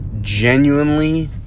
genuinely